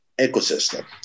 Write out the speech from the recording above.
ecosystem